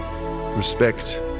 respect